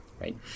right